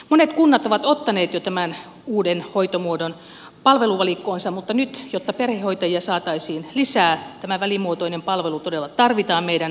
monet kunnat ovat ottaneet jo tämän uuden hoitomuodon palveluvalikkoonsa mutta nyt jotta perhehoitajia saataisiin lisää tämä välimuotoinen palvelu todella tarvitaan meidän vanhuspalveluvalikkoomme